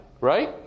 right